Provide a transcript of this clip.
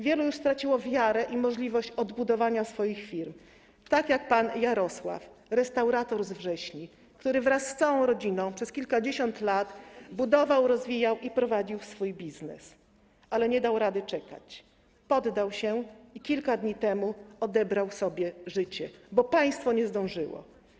Wielu już straciło wiarę i możliwość odbudowania swoich firm, tak jak pan Jarosław, restaurator z Wrześni, który wraz z całą rodziną przez kilkadziesiąt lat budował, rozwijał i prowadził swój biznes, ale nie dał rady czekać, poddał się i kilka dni temu odebrał sobie życie, bo państwo nie zdążyło.